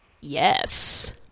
yes